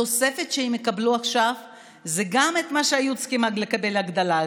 התוספת שהם יקבלו עכשיו זה גם מה שהיו צריכים לקבל כהגדלה,